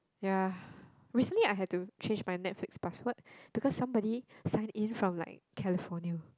ya recently I had to change my Netflix password because somebody sign in from like California